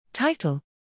Title